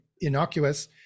innocuous